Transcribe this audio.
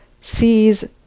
sees